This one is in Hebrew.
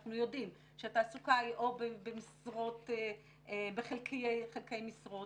אנחנו יודעים שהתעסוקה היא בחלקי משרות